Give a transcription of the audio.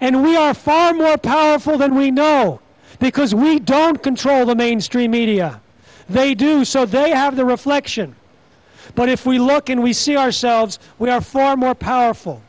and we are far more powerful than we know because we don't control the mainstream media they do so they have the reflection but if we look and we see ourselves we are far more powerful